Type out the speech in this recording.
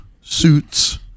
suits